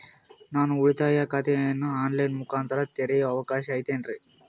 ನಾನು ಉಳಿತಾಯ ಖಾತೆಯನ್ನು ಆನ್ ಲೈನ್ ಮುಖಾಂತರ ತೆರಿಯೋ ಅವಕಾಶ ಐತೇನ್ರಿ?